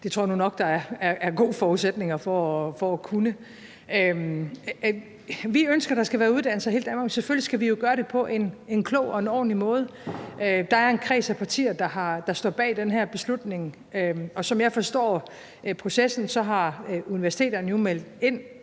Det tror jeg nu nok at der er gode forudsætninger for at kunne. Vi ønsker, at der skal være uddannelser i hele Danmark. Selvfølgelig skal vi gøre det på en klog og ordentlig måde. Der er en kreds af partier, der står bag den her beslutning, og som jeg forstår processen, har universiteterne nu meldt ind,